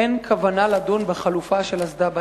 אין כוונה לדון בחלופה של אסדה בים.